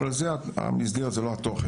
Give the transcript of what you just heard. אבל זה המסגרת, זה לא התוכן.